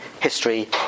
history